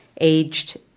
aged